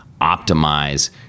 optimize